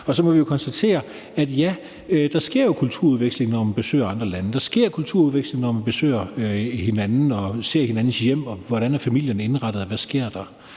Så vi må jo konstatere, at ja, der sker en kulturudveksling, når man besøger andre lande. Der sker en kulturudveksling, når man besøger hinanden og ser hinandens hjem og ser, hvordan familierne er indrettet, og hvad der sker.